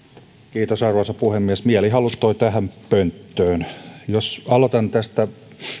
kiitos arvoisa puhemies mielihalut toivat tähän pönttöön jos aloitan tästä